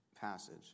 Passage